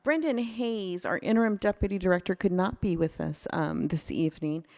brandon hayes, our interim deputy director could not be with us this evening.